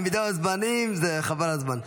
עמידה בזמנים זה חבל על הזמן.